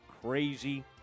Crazy